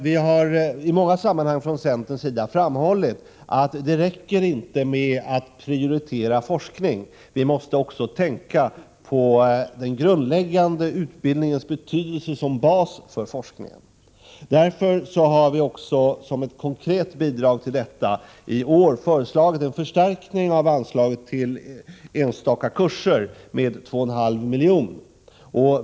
Vi har i många sammanhang från centerns sida framhållit att det inte räcker att prioritera forskning — vi måste också tänka på betydelsen av den grundläggande utbildningen som bas för forskning. Som ett konkret bidrag till detta har vi därför i år föreslagit en förstärkning av anslaget till enstaka kurser med två och en halv miljon.